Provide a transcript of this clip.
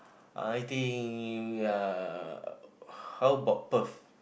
I think ya how about Perth